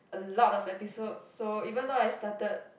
a lot of episodes so even though I started